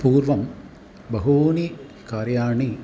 पूर्वं बहूनि कार्याणि